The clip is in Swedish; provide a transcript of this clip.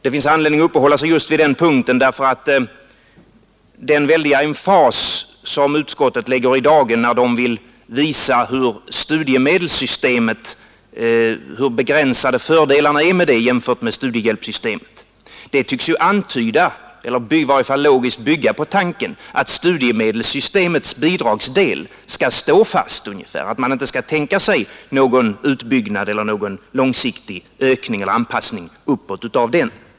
Det finns anledning uppehålla sig just vid den punkten därför att den väldiga emfas som utskottet lägger i dagen, när det vill visa hur begränsade fördelarna är med studiemedelssystemet jämfört med studiehjälpssystemet, tycks antyda eller i varje fall logiskt bygga på tanken att studiemedelssystemets bidragsdel skall stå fast, att man inte skall tänka sig någon utbyggnad eller någon långsiktig anpassning uppåt av den.